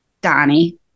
Donnie